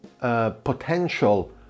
potential